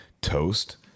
toast